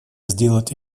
сделать